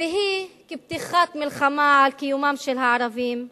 והיא כהכרזת מלחמה על קיומם של הערבים בארץ.